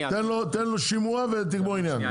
תן לו שימוע ותגמור עניין.